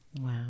Wow